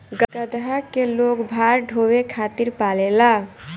गदहा के लोग भार ढोवे खातिर पालेला